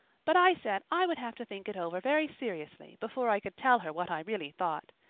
but i said i would have to think it over very seriously before i could tell her what i really thought.